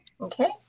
Okay